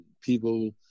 people